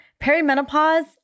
perimenopause